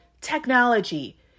technology